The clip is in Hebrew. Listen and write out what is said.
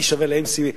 2E = mc,